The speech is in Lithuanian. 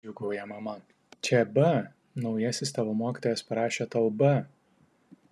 džiūgauja mama čia b naujasis tavo mokytojas parašė tau b